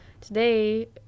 Today